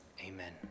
amen